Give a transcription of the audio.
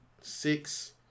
six